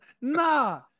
nah